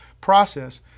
process